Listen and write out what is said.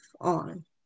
on